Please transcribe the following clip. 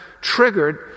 triggered